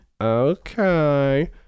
Okay